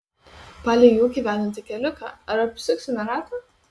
palei į ūkį vedantį keliuką ar apsuksime ratą